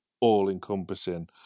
all-encompassing